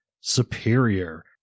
Superior